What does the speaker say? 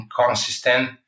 inconsistent